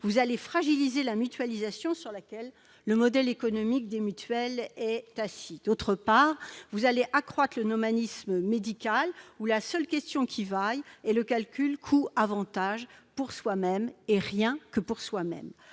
vous allez fragiliser la mutualisation sur laquelle repose le modèle économique des mutuelles. D'autre part, vous allez accroître le nomadisme médical : la seule question qui se posera alors sera celle du rapport coût-avantage pour soi-même, et rien que pour soi-même.